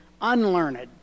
unlearned